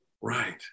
Right